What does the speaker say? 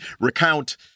recount